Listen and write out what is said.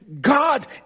God